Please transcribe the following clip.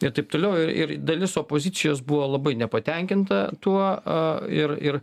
ir taip toliau ir ir dalis opozicijos buvo labai nepatenkinta tuo a ir ir